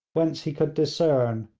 whence he could discern,